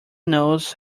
knows